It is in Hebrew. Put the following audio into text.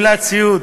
לעניין גמלת סיעוד.